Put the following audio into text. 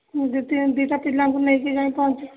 ମୁଁ ଯେତେବେଳେ ଦୁଇଟା ପିଲାଙ୍କୁ ନେଇକରି ଯାଇକି ପହଞ୍ଚୁ